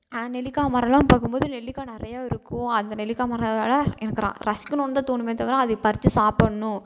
நெல்லிக்காய் மரலான் பார்க்கும்போது நெல்லிக்காய் நிறையா இருக்கும் அந்த நெல்லிக்காய் மரம் வல எனக்கு ரா ரசிக்கணுன்னு தான் தோணுமே தவிர அதை பறித்து சாப்பிட்ணும்